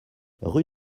rue